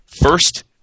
First